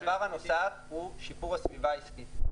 דבר נוסף, שיפור הסביבה העסקית.